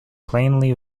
plainly